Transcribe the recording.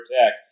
attack